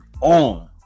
on